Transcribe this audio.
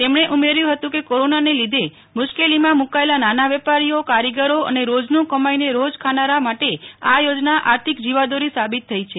તેમણે ઉમેર્યું હતુ કે કોસ્સાને લીધે મુશ્કેલીમાં મુકાયેલ નાના વેપારીઓકારીગરો અને રોજનું કમાઈને રોજ ખાનારા માટે આ યોજના આર્થિક જીવાદોરી સાબિત થઈ છે